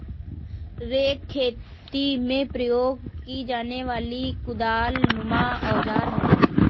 rake खेती में प्रयोग की जाने वाली कुदालनुमा औजार है